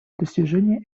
достижения